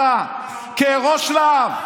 אתה כראש להב.